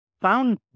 found